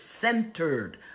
centered